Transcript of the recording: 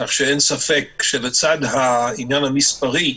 כך שאין ספק שלצד העניין המספרי,